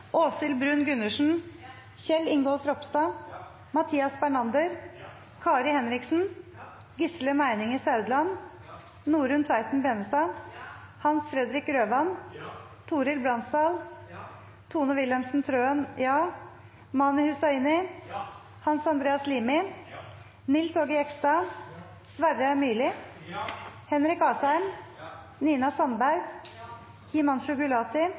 Åshild Bruun-Gundersen, Kjell Ingolf Ropstad, Mathias Bernander, Kari Henriksen, Gisle Meininger Saudland, Norunn Tveiten Benestad, Hans Fredrik Grøvan, Torhild Bransdal, Tone Wilhelmsen Trøen, Mani Hussaini, Hans Andreas Limi, Nils Aage Jegstad, Sverre Myrli, Henrik Asheim, Nina Sandberg, Himanshu Gulati,